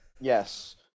Yes